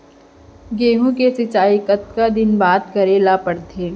गेहूँ के सिंचाई कतका दिन बाद करे ला पड़थे?